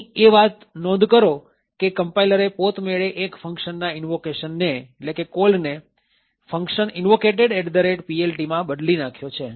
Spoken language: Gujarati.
અહી એ વાત નોંધો કે કમ્પાઈલરે પોત મેળે એક functionના ઇન્વોકેશનને કોલને function invocatedPLTમાં બદલી નાખ્યો છે